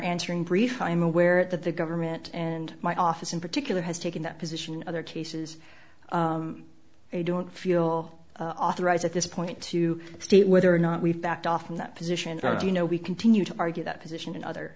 answering brief i'm aware that the government and my office in particular has taken that position in other cases i don't feel authorized at this point to state whether or not we've backed off from that position or do you know we continue to argue that position and other